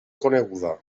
coneguda